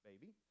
baby